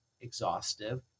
exhaustive